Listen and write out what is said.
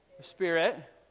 Spirit